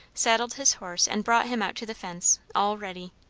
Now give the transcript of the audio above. saddled his horse, and brought him out to the fence, all ready.